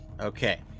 Okay